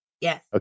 Yes